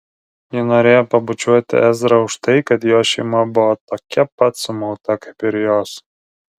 ji norėjo pabučiuoti ezrą už tai kad jo šeima buvo tokia pat sumauta kaip ir jos